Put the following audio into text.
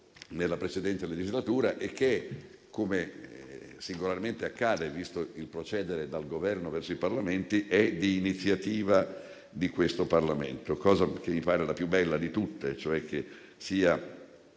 nella precedente legislatura e che, come singolarmente accade, visto il procedere dal Governo verso il Parlamento, è di iniziativa parlamentare. Questa cosa mi pare la più bella di tutte, ovvero che sia